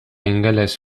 ingeles